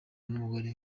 n’umugore